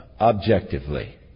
Objectively